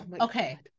okay